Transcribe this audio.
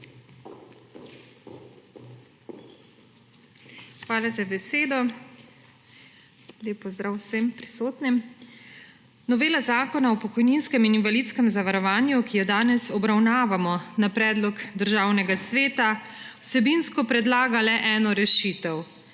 Hvala za besedo. Lep pozdrav vsem prisotnim! Novela Zakona o pokojninskem in invalidskem zavarovanju, ki jo danes obravnavamo na predlog Državnega sveta, vsebinsko predlaga le eno rešitev.